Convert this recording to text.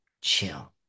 chill